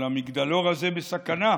אבל המגדלור הזה בסכנה,